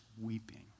weeping